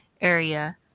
area